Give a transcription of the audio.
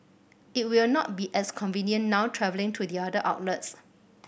it will not be as convenient now travelling to the other outlets